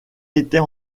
était